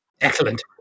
Excellent